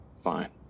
Fine